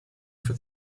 for